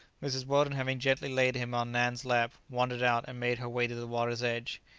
mrs. weldon having gently laid him on nan's lap, wandered out and made her way to the water's edge.